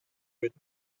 бит